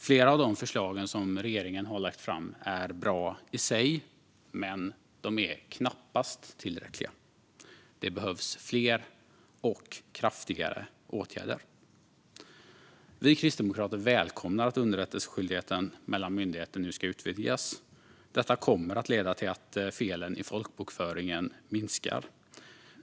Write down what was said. Flera av de förslag som regeringen har lagt fram är bra i sig, men de är knappast tillräckliga. Det behövs fler och kraftfullare åtgärder. Vi kristdemokrater välkomnar att underrättelseskyldigheten mellan myndigheter nu ska utvidgas. Det kommer att leda till att felen i folkbokföringen minskar.